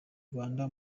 rwanda